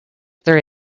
there